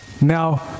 now